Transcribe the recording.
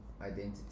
identity